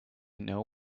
know